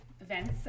events